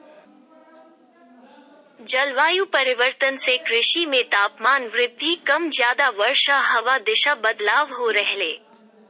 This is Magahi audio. जलवायु परिवर्तन से कृषि मे तापमान वृद्धि कम ज्यादा वर्षा हवा दिशा बदलाव हो रहले